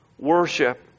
worship